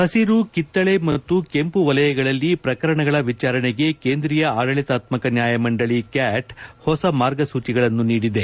ಪಸಿರು ಕಿತ್ತಳೆ ಮತ್ತು ಕೆಂಪು ವಲಯಗಳಲ್ಲಿ ಪ್ರಕರಣಗಳ ವಿಚಾರಣೆಗೆ ಕೇಂದ್ರೀಯಾ ಆಡಳಿತಾತ್ಮಕ ನ್ಲಾಯಮಂಡಳಿ ಕ್ಸಾಟ್ ಹೊಸ ಮಾರ್ಗಸೂಚಿಗಳನ್ನು ನೀಡಿದೆ